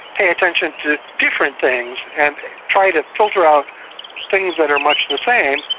pay attention to different things and try to filter out things that are much the same,